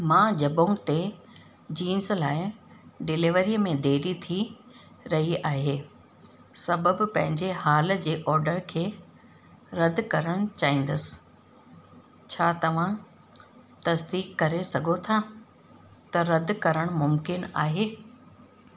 मां जबोंग ते जींस लाइ डिलीवरी में देरी थी रही आहे सबबु पंहिंजे हाल जे ऑडर खे रद्द करण चाहिंदसि छा तव्हां तसदीक़ु करे सघो था त रद्द करणु मुमकिन आहे